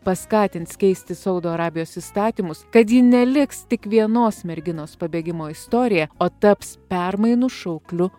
paskatins keisti saudo arabijos įstatymus kad ji neliks tik vienos merginos pabėgimo istorija o taps permainų šaukliu